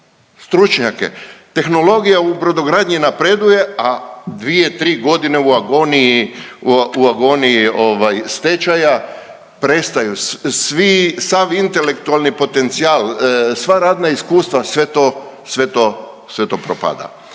stručnjake. Tehnologija u brodogradnji napreduje, a 2, 3 godine u agoniji, u agoniji stečaja prestaju svi, sav intelektualni potencijal, sva radna iskustva sve to,